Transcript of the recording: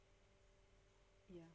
ya